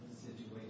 situation